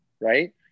right